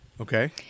Okay